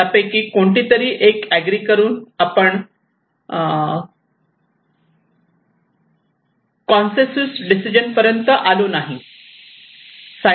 त्यापैकी कोणती तरी एक एग्री करून आपण कॉन्सेंसूस डिसिजन पर्यंत आलो नाही